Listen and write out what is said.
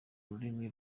rurimi